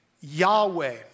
Yahweh